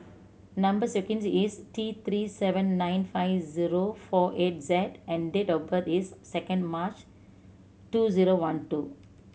number sequence is T Three seven nine five zero four eight Z and date of birth is second March two zero one two